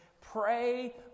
Pray